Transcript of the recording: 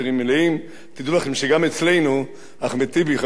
תדעו לכם שגם אצלנו, אחמד טיבי, חברי חברי הכנסת,